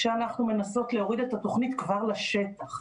כשאנחנו מנסות להוריד את התוכנית כבר לשטח.